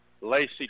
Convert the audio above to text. Lacey